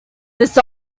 this